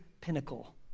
pinnacle